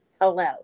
Hello